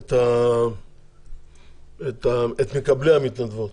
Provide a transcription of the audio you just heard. את מקבלי המתנדבות